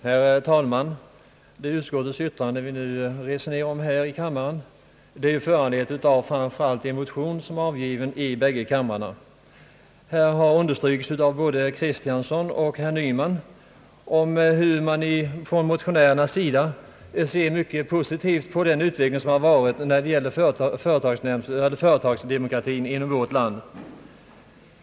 Herr talman! Det utskottsutlåtande vi nu resonerar om är ju föranlett av en motion som avgivits i bägge kamrarna. Både herr Kristiansson och herr Nyman har understrukit att motionärerna ser mycket positivt på den utveckling som ägt rum när det gäller företagsdemokratin i vårt land.